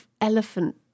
elephant